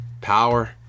Power